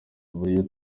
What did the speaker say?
buryo